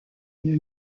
une